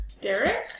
Derek